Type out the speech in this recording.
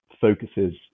focuses